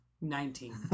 Nineteen